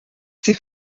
sie